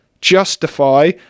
justify